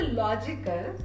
logical